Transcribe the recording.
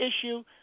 issue